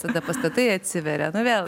tada pastatai atsiveria nu vėl